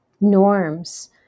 norms